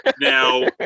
now